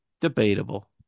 Debatable